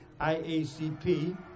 IACP